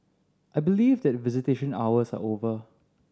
I believe that visitation hours are over